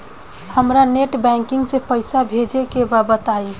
हमरा net banking से पईसा भेजे के बा बताई?